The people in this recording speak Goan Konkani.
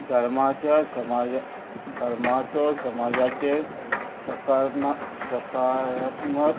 धर्माच्या समाज धर्माचो समाजाचे सकारना सकारम